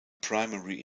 primary